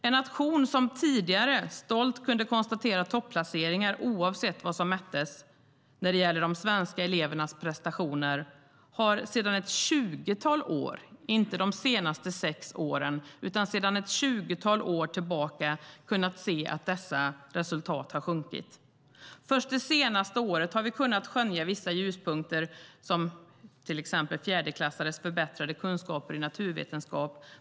En nation som tidigare stolt kunde konstatera topplaceringar oavsett vad som mättes när det gällde de svenska elevernas prestationer har sedan ett tjugotal år tillbaka, inte de senaste sex åren, kunnat se att dessa resultat har sjunkit. Först det senaste året har vi kunnat skönja vissa ljuspunkter, till exempel fjärdeklassares förbättrade kunskaper i naturvetenskap.